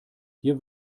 hier